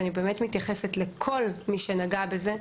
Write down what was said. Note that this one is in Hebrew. אני באמת מתייחסת לכל מי שנגע בזה,